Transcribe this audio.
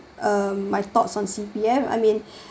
uh my thoughts on C_P_F I mean